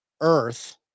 Earth